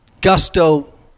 gusto